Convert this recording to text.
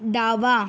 डावा